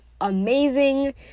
amazing